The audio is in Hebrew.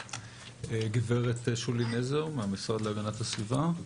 גב' שולי נזר מהמשרד להגנת הסביבה.